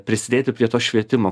prisidėti prie to švietimo